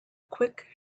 quick